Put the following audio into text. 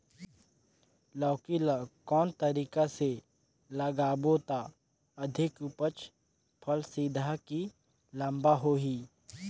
लौकी ल कौन तरीका ले लगाबो त अधिक उपज फल सीधा की लम्बा होही?